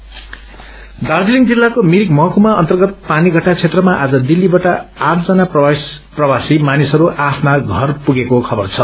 प्रसाद्मज दार्जीलिङ जिल्लाको मिरिक महकुमा अन्तर्गत पानीष्टा क्षेत्रमा आज दिल्तीबाट आठजना प्रवासी मानिसहरू आ आफ्ना घर पुगेको खबर छ